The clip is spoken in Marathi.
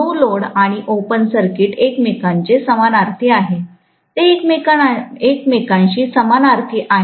नो लोड आणि ओपन सर्किट एकमेकांचे समानार्थी आहेत ते एकमेकांशी समानार्थी आहेत